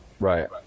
Right